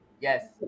Yes